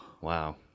Wow